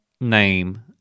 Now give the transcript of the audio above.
name